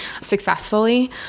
successfully